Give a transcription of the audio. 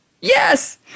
Yes